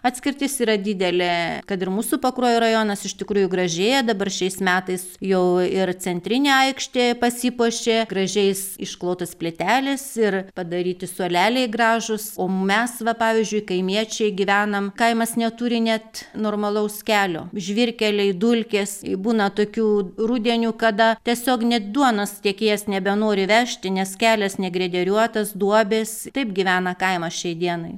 atskirtis yra didelė kad ir mūsų pakruojo rajonas iš tikrųjų gražėja dabar šiais metais jau ir centrinė aikštė pasipuošė gražiais išklotos plytelės ir padaryti suoleliai gražūs o mes va pavyzdžiui kaimiečiai gyvenam kaimas neturi net normalaus kelio žvyrkeliai dulkės į būna tokių rudenių kada tiesiog net duonos tiekėjas nebenori vežti nes kelias negreideriuotas duobės taip gyvena kaimas šiai dienai